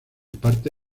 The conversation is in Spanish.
parte